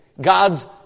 God's